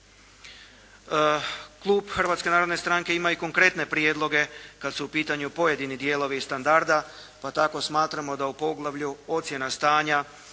Klub Hrvatske narodne stranke ima i konkretne prijedloge kad su u pitanju kad su u pitanju pojedini dijelovi standarda, pa tako smatramo da u poglavlju ocjena stanja